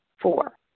Four